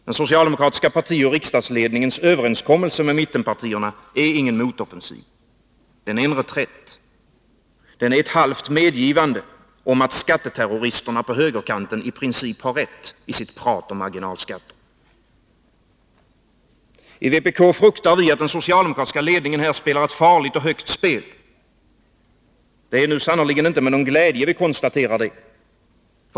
Den socialdemokratiska partioch riksdagsledningens överenskommelse med mittenpartierna är ingen motoffensiv. Den är en reträtt. Den är ett halvt medgivande att skatteterroristerna på högerkanten i princip har rätt i sitt prat om marginalskatter. I vpk fruktar vi att den socialdemokratiska ledningen här spelar ett farligt och högt spel. Det är sannerligen inte med någon glädje vi konstaterar det.